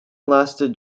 lasted